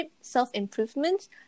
self-improvement